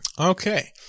okay